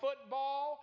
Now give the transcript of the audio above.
football